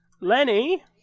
Lenny